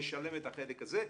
נשלם את החלק הזה.